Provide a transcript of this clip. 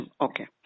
okay